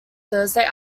thursday